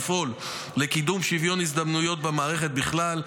לפעול לקידום שוויון הזדמנויות במערכת בכלל,